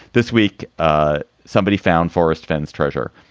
this week, ah somebody found forest fence treasure.